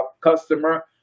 customer